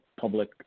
public